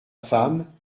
femme